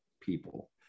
people